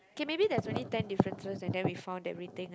K maybe there's only ten differences and then we found everything